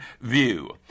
view